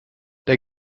der